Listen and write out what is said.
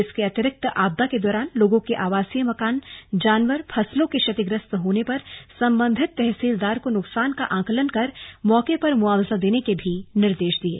इसके अतिरिक्त आपदा के दौरान लोगों के आवासीय मकान जानवर फसलों के क्षतिग्रस्त होने पर सम्बन्धित तहसीलदार को नुकसान का आंकलन कर मौके पर मुआवजा देने के निर्देश दिये